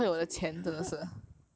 eh I was considering